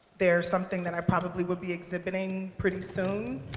they're something that i probably would be exhibiting pretty soon.